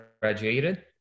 graduated